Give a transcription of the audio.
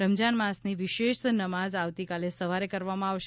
રમજાન માસની વિશેષ નમાજ આવતીકાલે સવારે કરવામાં આવશે